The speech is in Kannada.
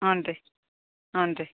ಹ್ಞಾ ರೀ ಹ್ಞಾ ರೀ